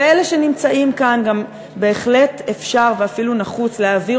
ואלה שנמצאים כאן גם בהחלט אפשר ואפילו נחוץ להעביר